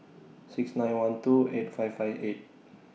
six nine one two eight five five eight